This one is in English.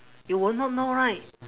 you will not know right